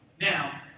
Now